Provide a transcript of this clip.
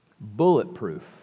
bulletproof